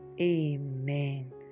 Amen